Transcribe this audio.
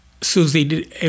Susie